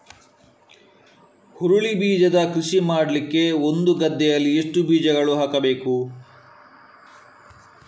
ಹುರುಳಿ ಬೀಜದ ಕೃಷಿ ಮಾಡಲಿಕ್ಕೆ ಒಂದು ಗದ್ದೆಯಲ್ಲಿ ಎಷ್ಟು ಬೀಜಗಳನ್ನು ಹಾಕಬೇಕು?